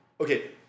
okay